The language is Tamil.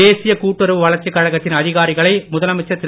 தேசிய கூட்டுறவு வளர்ச்சிக் கழகத்தின் அதிகாரிகளை முதலமைச்சர் திரு